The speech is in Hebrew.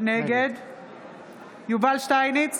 נגד יובל שטייניץ,